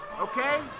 Okay